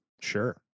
Sure